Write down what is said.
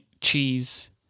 cheese